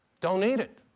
don't need it.